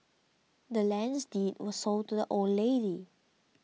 the land's deed was sold to the old lady